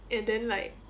and then like